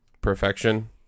Perfection